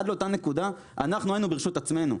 עד לאותה נקודה אנחנו היינו ברשות עצמנו,